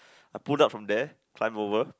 I pulled up from there climb over